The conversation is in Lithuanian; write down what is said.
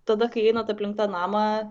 tada kai einat aplink namą